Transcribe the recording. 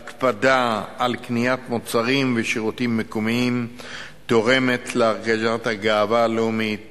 הקפדה על קניית מוצרים ושירותים מקומיים תורמת לגאווה הלאומית